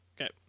Okay